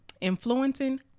influencing